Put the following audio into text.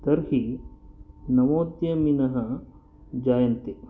तर्हि नवोद्यमिनः जायन्ते